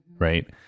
Right